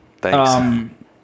Thanks